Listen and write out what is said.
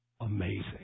amazing